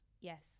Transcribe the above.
Yes